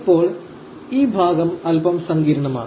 ഇപ്പോൾ ഈ ഭാഗം അല്പം സങ്കീർണ്ണമാണ്